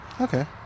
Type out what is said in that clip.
Okay